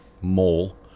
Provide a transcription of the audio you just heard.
mole